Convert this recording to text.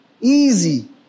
easy